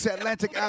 Atlantic